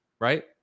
right